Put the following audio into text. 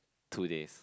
two days